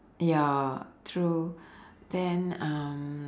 ya true then um